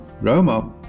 Roma